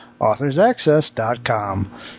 AuthorsAccess.com